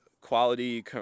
quality